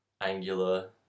angular